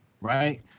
Right